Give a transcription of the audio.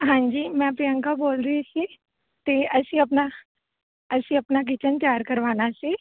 ਹਾਂਜੀ ਮੈਂ ਪ੍ਰਿਅੰਕਾ ਬੋਲ ਰਹੀ ਸੀ ਅਤੇ ਅਸੀਂ ਆਪਣਾ ਅਸੀਂ ਆਪਣਾ ਕਿਚਨ ਤਿਆਰ ਕਰਵਾਉਣਾ ਸੀ